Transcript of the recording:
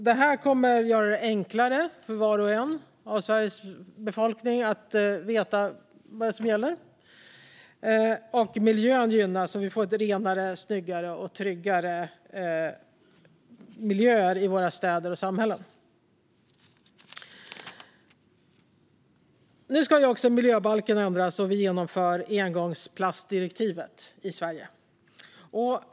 Det här kommer att göra det enklare för var och en i Sveriges befolkning att veta vad som gäller. Miljön gynnas, och vi får renare, snyggare och tryggare miljöer i våra städer och samhällen. Nu ska också miljöbalken ändras, och vi genomför engångsplastdirektivet i Sverige.